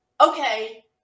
okay